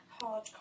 hard